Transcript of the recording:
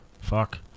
fuck